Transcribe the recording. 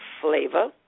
flavor